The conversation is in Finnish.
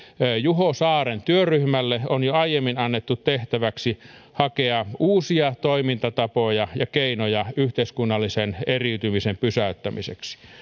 juho saaren työryhmälle on jo aiemmin annettu tehtäväksi hakea uusia toimintatapoja ja keinoja yhteiskunnallisen eriytymisen pysäyttämiseksi